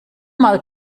mal